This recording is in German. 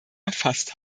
erfasst